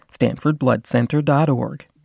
stanfordbloodcenter.org